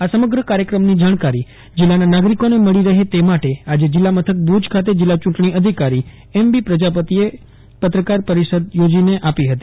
આ સમગ્ર કાર્યક્રમની જાણકારી જીલ્લાના નાગરિકીને મળી રહે તે માટે આજે જીલ્લા મથક ભુજ ખાતે જિલ્લા ચૂંટણી અધિકારી એમ બી પ્રજાપતિ દ્વારા પત્રકાર પરિષદ યોજાઈ હતી